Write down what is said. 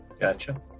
Gotcha